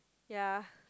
ya